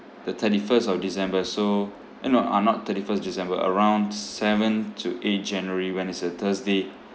the thirty first of december so eh no uh not thirty first december around seventh to eighth january when it's a thursday